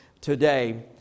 today